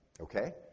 Okay